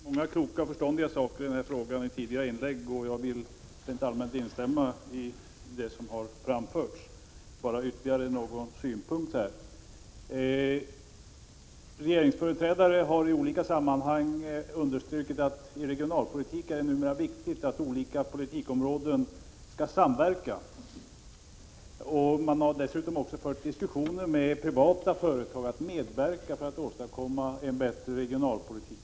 Herr talman! Det har sagts många kloka och förståndiga saker i denna fråga i tidigare inlägg, och jag vill rent allmänt instämma i det som framförts. Bara några ytterligare synpunkter. Regeringsföreträdare har i olika sammanhang understrukit att det numera i regionalpolitiken är viktigt att olika politikområden samverkar. Dessutom har man fört diskussioner med privata företag om att medverka för att åstadkomma en bättre regionalpolitik.